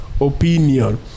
opinion